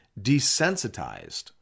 desensitized